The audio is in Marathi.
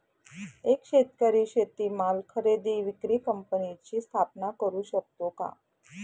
एक शेतकरी शेतीमाल खरेदी विक्री कंपनीची स्थापना करु शकतो का?